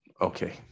Okay